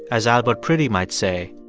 as albert priddy might say,